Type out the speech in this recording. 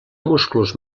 musclos